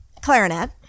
Clarinet